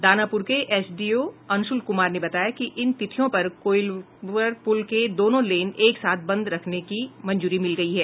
दानापुर के एसडीओ अंशुल कुमार ने बताया कि इन तिथियों पर कोइलवर पुल के दोनों लेन एक साथ बंद करने की मंजूरी मिल गयी है